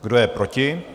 Kdo je proti?